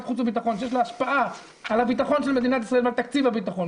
לה השפעה על הביטחון של מדינת ישראל ועל תקציב הביטחון.